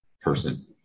person